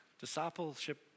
Discipleship